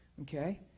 Okay